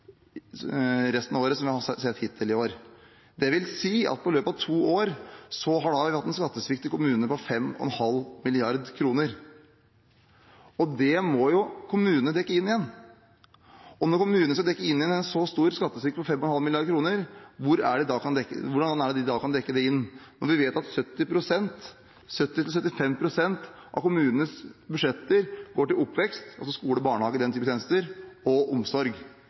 resten av året som vi har sett hittil i år. Det vil si at i løpet av to år har vi hatt en skattesvikt i kommunene på 5,5 mrd. kr. Det må jo kommunene dekke inn igjen. Når kommunene skal dekke inn igjen en så stor skattesvikt som 5,5 mrd. kr, hvordan kan de da dekke det inn, når vi vet at 70–75 pst. av kommunenes budsjetter går til oppvekst – altså til skole og barnehage og den type tjenester – og omsorg?